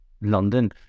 London